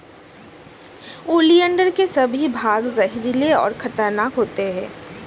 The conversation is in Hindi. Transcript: ओलियंडर के सभी भाग जहरीले और खतरनाक होते हैं